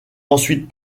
ensuite